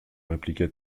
répliqua